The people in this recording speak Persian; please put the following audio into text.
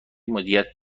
مدیریت